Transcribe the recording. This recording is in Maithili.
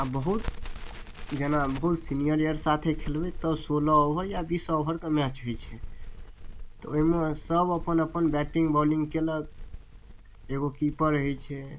आओर बहुत जेना बहुत सीनियर अर साथे खेलबै तऽ सोलह ओवर या बीस ओवरके मैच होइ छै तऽ ओइमे सब अपन अपन बैटिंग बॉलिंग कयलक एगो कीपर रहै छै